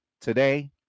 today